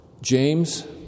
James